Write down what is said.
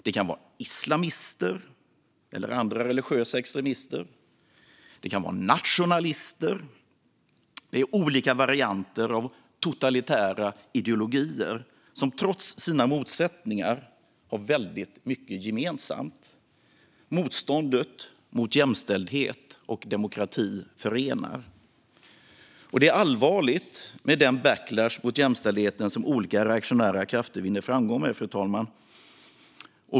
Det kan vara islamister eller andra religiösa extremister. Det kan vara nationalister. Det är olika varianter av totalitära ideologier som trots sina motsättningar har väldigt mycket gemensamt. Motståndet mot jämställdhet och demokrati förenar. Det är allvarligt med den backlash mot jämställdheten som olika reaktionära krafter vinner framgång med.